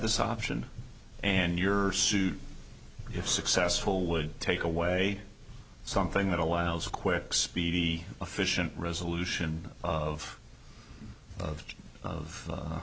this option and your suit if successful would take away something that allows quick speedy efficient resolution of of of